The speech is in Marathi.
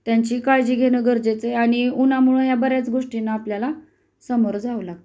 त्यांची काळजी घेणं गरजेचं आणि उन्हामुळं ह्या बऱ्याच गोष्टींनां आपल्याला समोर जावं लागतं